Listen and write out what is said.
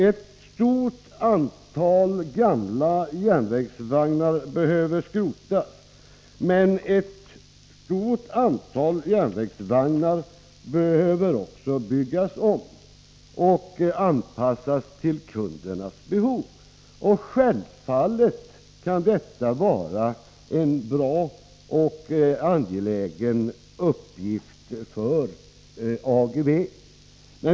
Ett stort antal gamla järnvägsvagnar behöver skrotas, men ett stort antal behöver också byggas om och anpassas till kundernas behov. Självfallet kan detta vara en bra och angelägen uppgift för Ageve.